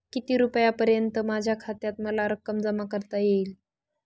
किती रुपयांपर्यंत माझ्या खात्यात मला रक्कम जमा करता येईल?